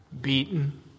beaten